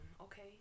Okay